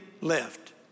left